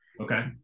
Okay